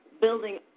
building